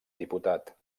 diputat